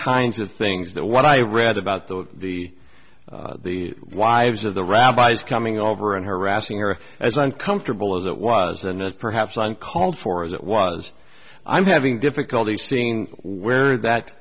kinds of things that what i read about the the the wives of the rabbis coming over and harassing her as uncomfortable as it was and as perhaps one called for as it was i'm having difficulty seeing where that